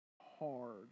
hard